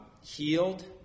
healed